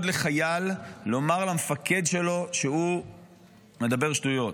לחייל לומר למפקד שלו שהוא מדבר שטויות,